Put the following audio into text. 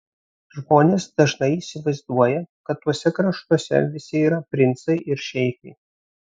žmonės dažnai įsivaizduoja kad tuose kraštuose visi yra princai ir šeichai